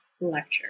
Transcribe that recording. lecture